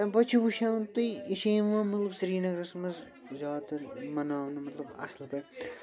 تَمہِ پتہٕ چھِو وُچھان تُہۍ یہِ چھِ یِوان مطلب سریٖنگرس منٛز زیادٕ تر مناونہٕ مطلب اَصٕل پٲٹھۍ